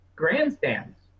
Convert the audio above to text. grandstands